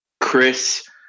Chris